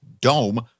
dome